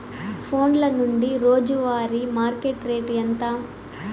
ఫోన్ల నుండి రోజు వారి మార్కెట్ రేటు ఎంత?